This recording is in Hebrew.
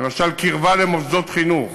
למשל, קרבה למוסדות חינוך